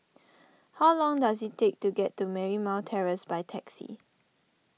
how long does it take to get to Marymount Terrace by taxi